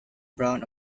brown